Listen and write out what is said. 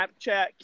Snapchat